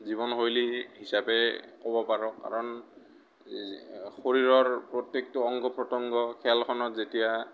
জীৱনশৈলী হিচাপে ক'ব পাৰোঁ কাৰণ শৰীৰৰ প্ৰত্যেকটো অংগ প্ৰত্যংগ খেলখনত যেতিয়া